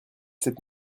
cette